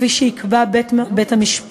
כפי שיקבע בית-המשפט,